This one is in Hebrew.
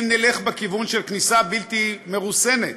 אם נלך בכיוון של כניסה בלתי מרוסנת